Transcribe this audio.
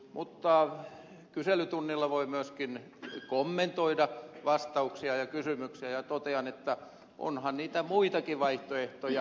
mutta kyselytunnilla voi myöskin kommentoida vastauksia ja kysymyksiä ja totean että onhan niitä muitakin vaihtoehtoja